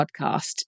podcast